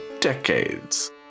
decades